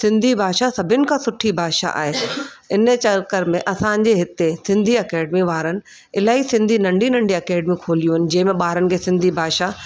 सिंधी भाषा सभिनि खां सुठी भाषा आहे इन चक्कर में असांजे हिते सिंधी अकेडमी वारनि इलाही सिंधी नंढी नंढी अकेडमूं खोलियूं आहिनि जंहिंमें ॿारनि खे सिंधी भाषा